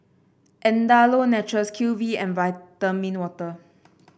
Andalou Naturals Q V and Vitamin Water